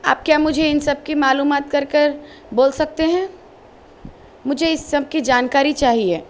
آپ کیا مجھے ان سب کی معلومات کر کے بول سکتے ہیں مجھے اس سب کی جانکاری چاہیے